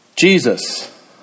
Jesus